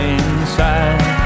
inside